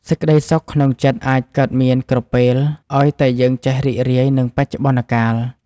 សេចក្តីសុខក្នុងចិត្តអាចកើតមានគ្រប់ពេល ឱ្យតែយើងចេះរីករាយនឹងបច្ចុប្បន្នកាល។